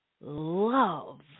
love